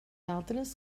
altres